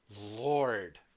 Lord